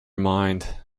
mind